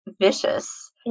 vicious